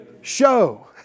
Show